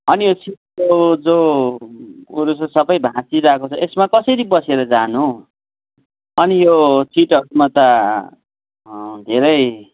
अनि यो सिटको जो अरू त सबै भाँचिरहेको छ यसमा कसरी बसेर जानु हौ अनि यो सिटहरूमा त धेरै